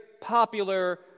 popular